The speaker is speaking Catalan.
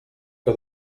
que